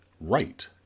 right